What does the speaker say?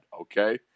Okay